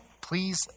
Please